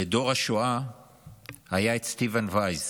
לדור השואה היה את סטיבן וייז.